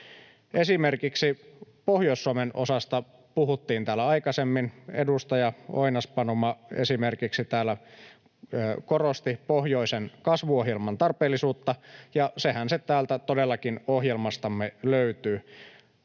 Esimerkiksi Pohjois-Suomen osasta puhuttiin täällä aikaisemmin. Esimerkiksi edustaja Oinas-Panuma täällä korosti pohjoisen kasvuohjelman tarpeellisuutta, ja sehän täältä ohjelmastamme